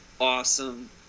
awesome